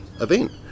event